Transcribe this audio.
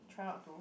try not to